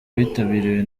witabiriwe